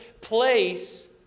place